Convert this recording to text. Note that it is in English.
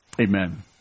Amen